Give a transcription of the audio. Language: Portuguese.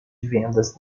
vendas